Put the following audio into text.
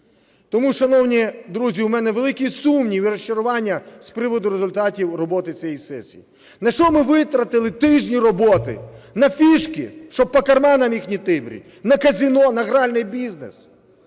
Тому, шановні друзі, у мене великий сумнів і розчарування з приводу результатів роботи цієї сесії. На що ми витратили тижні роботи? На фішки, щоб по карманам їх не тибрити, на казино, на гральний бізнес,